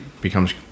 becomes